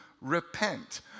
repent